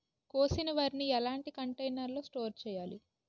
కోసిన వరిని ఎలాంటి కంటైనర్ లో స్టోర్ చెయ్యాలి?